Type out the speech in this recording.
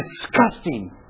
disgusting